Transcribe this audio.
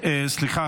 סליחה,